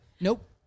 Nope